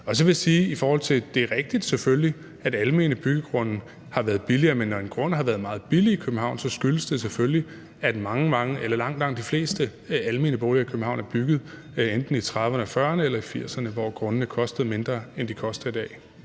er rigtigt, at almene byggegrunde har været billigere, men når en grund har været meget billig i København, skyldes det selvfølgelig, at langt, langt de fleste almene boliger i København er bygget enten i 1930'erne og 1940'erne eller i 1980'erne, hvor grundene kostede mindre, end de koster i dag.